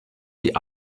die